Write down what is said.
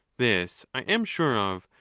this i am sure of,